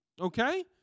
Okay